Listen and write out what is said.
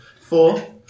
Four